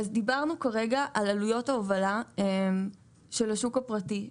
דיברנו כרגע על עלויות ההובלה של השוק הפרטי,